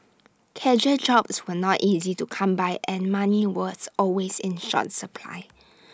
casual jobs were not easy to come by and money was always in short supply